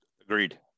Agreed